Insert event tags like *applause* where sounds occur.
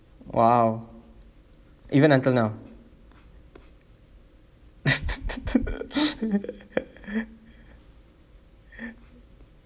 !wow! even until now *laughs* *breath*